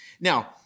Now